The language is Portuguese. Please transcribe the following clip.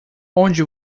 onde